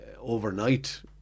overnight